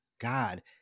God